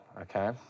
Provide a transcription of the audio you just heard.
okay